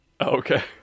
Okay